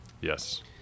Yes